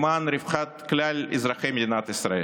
למען רווחת כלל אזרחי מדינת ישראל.